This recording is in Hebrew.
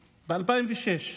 ב-2006.